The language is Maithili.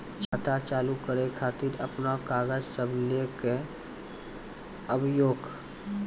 खाता चालू करै खातिर आपन कागज सब लै कऽ आबयोक?